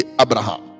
Abraham